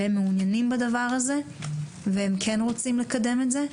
שהם מעוניינים בדבר הזה, והם כן רוצים לקדם את זה.